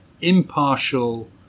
impartial